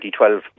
2012